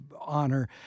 honor